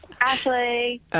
Ashley